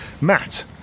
Matt